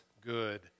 good